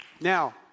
Now